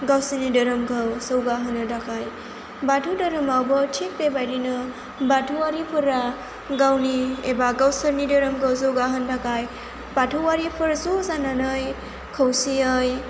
गावसोरनि धोरोमखौ जौगाहोनो थाखाय बाथौ धोरोमावबो थिख बेबायदिनो बाथौआरिफोरा गावनि एबा गावसोरनि धोरोमखौ जौगाहोनो थाखाय बाथौआरिफोर ज' जानानै खौसेयै